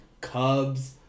Cubs